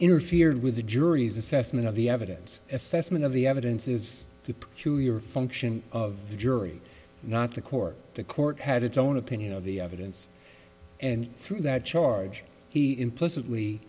interfered with the jury's assessment of the evidence assessment of the evidence is to put to your function of the jury not the court the court had its own opinion of the evidence and through that charge he implicitly